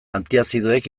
antiazidoek